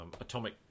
atomic